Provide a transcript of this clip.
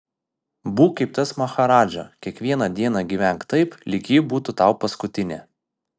būk kaip tas maharadža kiekvieną dieną gyvenk taip lyg ji būtų tau paskutinė